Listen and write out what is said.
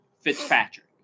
Fitzpatrick